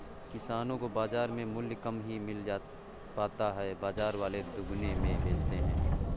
किसानो को बाजार में मूल्य कम ही मिल पाता है बाजार वाले दुगुने में बेचते है